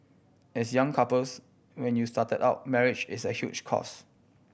as young couples when you started out marriage is a huge cost